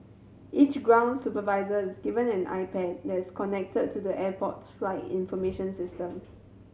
each ground supervisor is given an iPad that's connected to the airport's flight information system